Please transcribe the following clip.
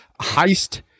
Heist